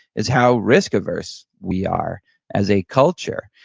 is how risk-averse we are as a culture.